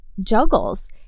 juggles